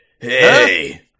hey